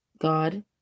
God